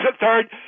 third